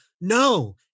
no